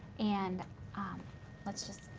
and ah let's just,